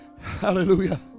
hallelujah